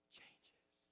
changes